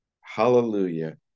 hallelujah